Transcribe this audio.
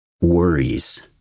worries